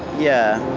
yeah,